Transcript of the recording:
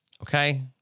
Okay